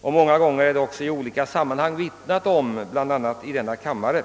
och som det också många gånger i olika sammanhang talats om i denna kammare.